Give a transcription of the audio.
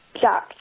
Jack